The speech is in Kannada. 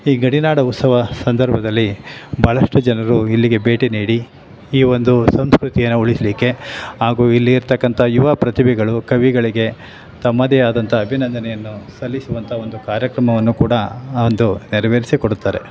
ಈ ಗಡಿನಾಡ ಉತ್ಸವ ಸಂದರ್ಭದಲ್ಲಿ ಭಾಳಷ್ಟು ಜನರು ಇಲ್ಲಿಗೆ ಭೇಟಿ ನೀಡಿ ಈ ಒಂದು ಸಂಸ್ಕೃತಿಯನ್ನು ಉಳಿಸಲಿಕ್ಕೆ ಹಾಗೂ ಇಲ್ಲಿ ಇರತಕ್ಕಂಥ ಯುವ ಪ್ರತಿಭೆಗಳು ಕವಿಗಳಿಗೆ ತಮ್ಮದೇ ಆದಂಥ ಅಭಿನಂದನೆಯನ್ನು ಸಲ್ಲಿಸುವಂಥ ಒಂದು ಕಾರ್ಯಕ್ರಮವನ್ನು ಕೂಡ ಅಂದು ನೆರವೇರಿಸಿ ಕೊಡುತ್ತಾರೆ